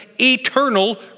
eternal